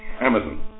Amazon